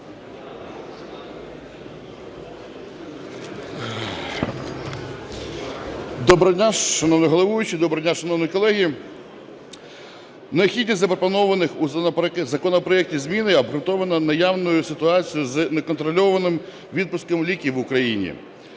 Доброго дня, шановні колеги! Необхідність запропонованих у законопроекті змін обґрунтована наявною ситуацією з неконтрольованим відпуском ліків в Україні.